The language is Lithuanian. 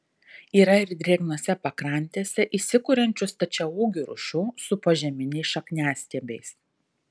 yra ir drėgnose pakrantėse įsikuriančių stačiaūgių rūšių su požeminiais šakniastiebiais